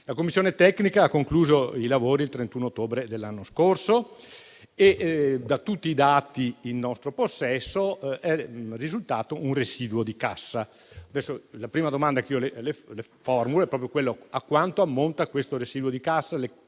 La commissione tecnica ha concluso i lavori il 31 ottobre dell'anno scorso. Da tutti i dati in nostro possesso è risultato un residuo di cassa. La prima domanda che io le formulo è proprio volta a conoscere l'ammontare di questo residuo di cassa.